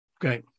Great